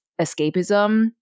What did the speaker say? escapism